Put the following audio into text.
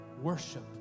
worship